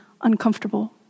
uncomfortable